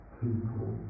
people